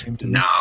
No